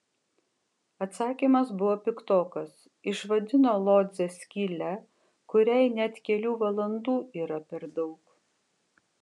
atsakymas buvo piktokas išvadino lodzę skyle kuriai net kelių valandų yra per daug